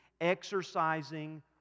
exercising